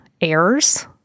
errors